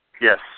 Yes